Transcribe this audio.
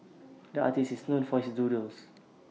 the artist is known for his doodles